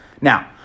Now